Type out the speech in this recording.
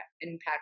impact